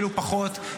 אפילו פחות,